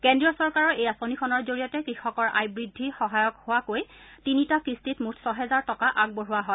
কেড্ৰীয় চৰকাৰৰ এই আঁচনিখনৰ জৰিয়তে কৃষকৰ আয় বৃদ্ধিৰ সহায়ক হোৱাকৈ তিনিটা কিস্তিত মূঠ ছহেজাৰ টকা আগবঢ়োৱা হয়